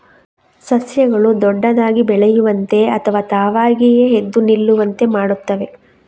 ಸಸ್ಯಗಳು ದೊಡ್ಡದಾಗಿ ಬೆಳೆಯುವಂತೆ ಅಥವಾ ತಾವಾಗಿಯೇ ಎದ್ದು ನಿಲ್ಲುವಂತೆ ಮಾಡುತ್ತವೆ